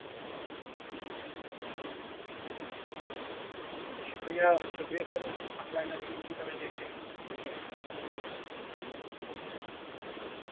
शुक्रिया शुक्रिया सर अपना इन्ना कीमती समें देने लेई ओके